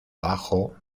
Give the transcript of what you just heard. abajo